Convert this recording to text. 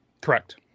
Correct